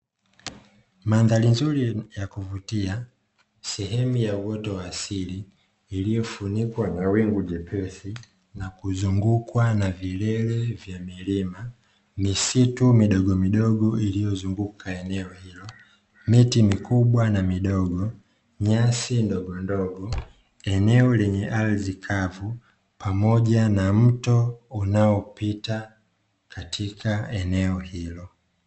Mandhari nzuri ya kuvutia, sehemu ya uoto wa asili iliyofunikwa na wingu jepesi, na kuzungukwa na vilele vya milima, misitu midogo midogo iliyozunguka eneo hilo, miti mikubwa na midogo, nyasi ndogondogo, eneo lenye ardhi kavu, pamoja na mto unaopita katika eneo hilo.